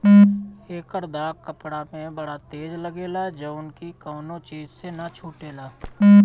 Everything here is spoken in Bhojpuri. एकर दाग कपड़ा में बड़ा तेज लागेला जउन की कवनो चीज से ना छुटेला